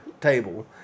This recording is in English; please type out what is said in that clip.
table